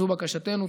זו בקשתנו.